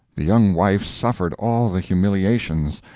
the young wife suffered all the humiliations,